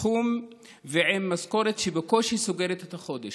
בתחום ועם משכורת שבקושי סוגרת את החודש.